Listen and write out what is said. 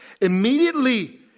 immediately